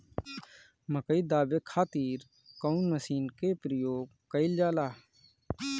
मकई दावे खातीर कउन मसीन के प्रयोग कईल जाला?